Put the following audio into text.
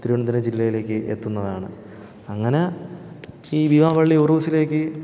തിരുവനന്തപുരം ജില്ലയിലേക്ക് എത്തുന്നതാണ് അങ്ങന ഈ ഭീമാപള്ളി ഉറൂസിലേക്ക്